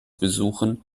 besuchen